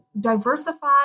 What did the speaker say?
diversify